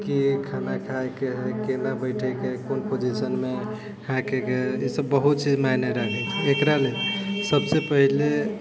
कि खाना खाइके है केना बैठेके है कोन पोजिशन मे इसभ बहुत चीज मायने राखै छै एकरा लेल सभसँ पहले